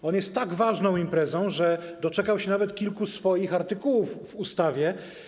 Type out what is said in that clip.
To jest tak ważna impreza, że doczekała się nawet kilku swoich artykułów w ustawie.